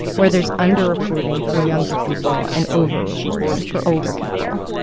where there's underreporting for younger people and overreporting for older people